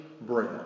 bread